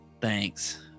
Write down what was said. thanks